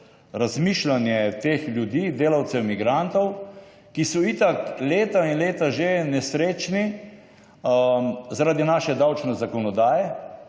razmišljanje teh ljudi, delavcev migrantov, ki so itak leta in leta že nesrečni zaradi naše davčne zakonodaje,